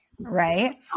right